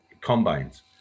combines